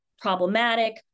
problematic